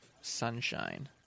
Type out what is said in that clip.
Sunshine